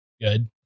good